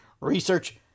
research